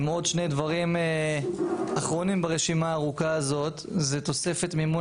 עוד שני דברים אחרונים ברשימה הארוכה הזאת זה תוספת מימון